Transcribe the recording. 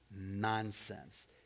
nonsense